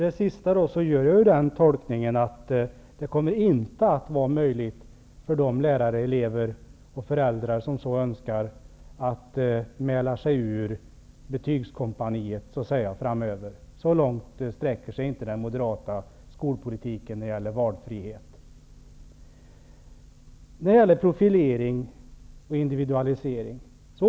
Det sista Ulf Melin sade tolkar jag så att det inte kommer att vara möjligt för de lärare, elever och föräldrar som så önskar att mäla sig ur betygskompaniet. Så långt sträcker sig inte den moderata valfriheten. Jag återkommer så till frågan om profilering och individualisering.